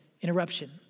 interruption